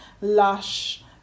Lush